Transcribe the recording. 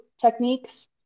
techniques